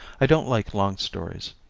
i don't like long stories.